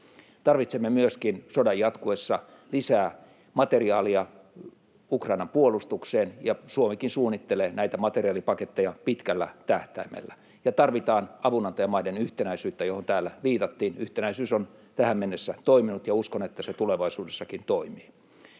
Tarvitsemme sodan jatkuessa myöskin lisää materiaalia Ukrainan puolustukseen, ja Suomikin suunnittelee näitä materiaalipaketteja pitkällä tähtäimellä. Ja tarvitaan avunantajamaiden yhtenäisyyttä, johon täällä viitattiin. Yhtenäisyys on tähän mennessä toiminut, ja uskon, että se tulevaisuudessakin toimii.